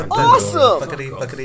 awesome